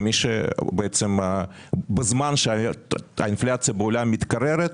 ומי שבעצם, בזמן שהאינפלציה בעולם מתקררת,